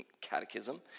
Catechism